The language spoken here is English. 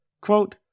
Quote